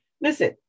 Listen